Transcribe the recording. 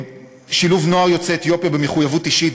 שילוב נוער יוצא אתיופיה במחויבות אישית,